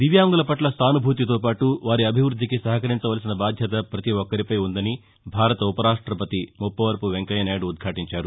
దివ్యాంగులపట్ల సాసుభూతితోపాటు వారి అభివృద్దికి సహకరించవలసిన బాధ్యత పతి ఒక్కరిపై వుందని భారత ఉపరాష్ట్రపతి ముప్పవరపు వెంకయ్యనాయుడు ఉద్వాటించారు